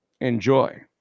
enjoy